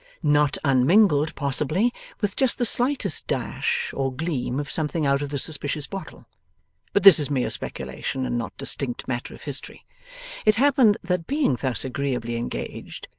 not unmingled possibly with just the slightest dash or gleam of something out of the suspicious bottle but this is mere speculation and not distinct matter of history it happened that being thus agreeably engaged,